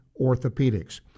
orthopedics